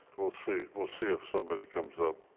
we'll see. we'll see if somebody comes up.